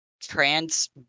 trans